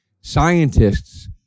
Scientists